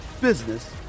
business